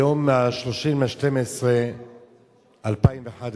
ב-30 בדצמבר 2011